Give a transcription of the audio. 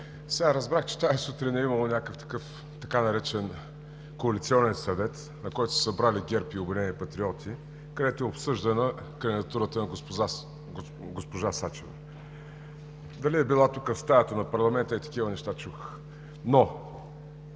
Сега разбрах, че тази сутрин е имало някакъв така наречен Коалиционен съвет, на който са се събрали ГЕРБ и „Обединени патриоти“, където е обсъждана кандидатурата на госпожа Сачева. Дали е била тук в стаята на парламента – ей такива неща чух.